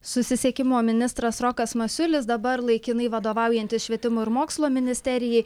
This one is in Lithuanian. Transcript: susisiekimo ministras rokas masiulis dabar laikinai vadovaujantis švietimo ir mokslo ministerijai